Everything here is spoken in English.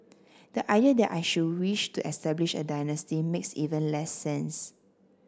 the idea that I should wish to establish a dynasty makes even less sense